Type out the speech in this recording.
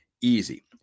easy